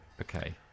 okay